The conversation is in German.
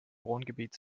wohngebiet